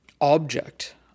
object